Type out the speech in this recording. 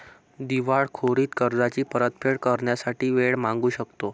दिवाळखोरीत कर्जाची परतफेड करण्यासाठी वेळ मागू शकतो